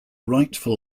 rightful